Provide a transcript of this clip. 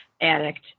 addict